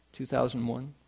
2001